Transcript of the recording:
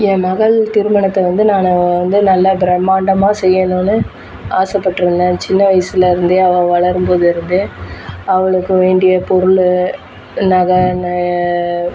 என் மகள் திருமணத்தை வந்து நான் வந்து நல்லா பிரமாண்டமாக செய்யணும்னு ஆசைப்பட்ருந்தேன் சின்ன வயசில் இருந்தே அவள் வளரும்போதுலிருந்தே அவளுக்கு வேண்டிய பொருள் நகை